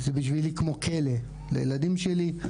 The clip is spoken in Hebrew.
זה בשבילי כמו כלא לילדים שלי.